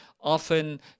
often